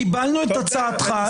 קיבלנו את הצעתך,